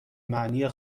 معنی